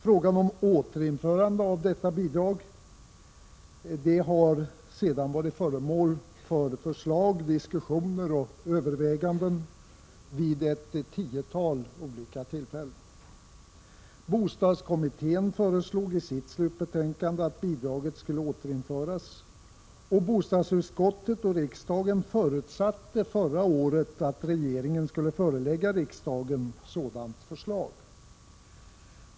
Frågan om återinförande av detta bidrag har sedan varit föremål för förslag, diskussioner och överväganden vid ett tiotal olika tillfällen. Bostadskommittén föreslog i sitt slutbetänkande att bidraget skulle återinföras. Bostadsutskottet och riksdagen förutsatte förra året att regering en skulle förelägga riksdagen ett sådant förslag.